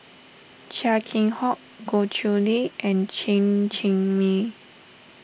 Chia Keng Hock Goh Chiew Lye and Chen Cheng Mei